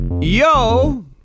Yo